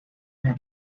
men